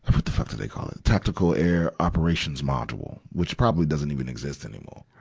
what the fuck did they call it tactical air operations module, which probably doesn't even exist anymore.